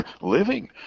living